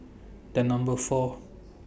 The Number four